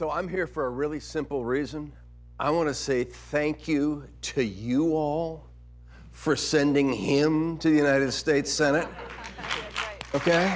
so i'm here for a really simple reason i want to say thank you to you all for sending him to the united states